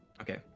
Okay